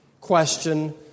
question